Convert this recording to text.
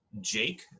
Jake